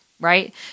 Right